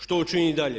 Što učiniti dalje?